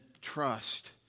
trust